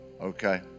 Okay